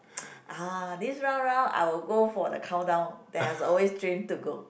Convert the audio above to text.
ah this one round I will go for the countdown that I always dream to go